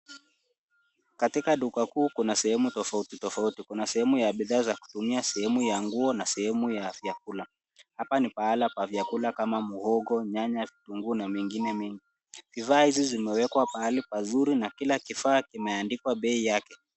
Katika duka kuu kuna sehemu tofauti tofauti. Kuna sehemu ya bidhaa za kutumia, sehemu ya nguo na sehemu ya vyakula. Hapa na pahala pa vyakula kama muhogo, nyanya, kitunguu na mengine mengi. Bidhaa hizi zimewekwa pahali pazuri na kila kifaa kimewekwa bei yake.